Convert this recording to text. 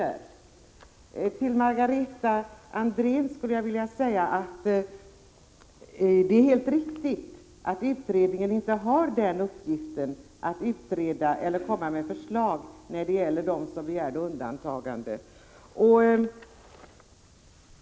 Det är helt riktigt som Margareta Andrén säger, att utredningen inte har uppgiften att lägga fram förslag beträffande dem som begärde undantagande.